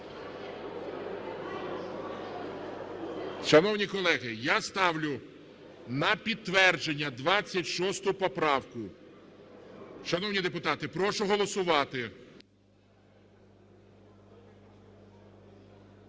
Шановні колеги, я ставлю на підтвердження 26 поправку. Шановні депутати, прошу голосувати.